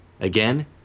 Again